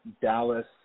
Dallas